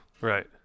Right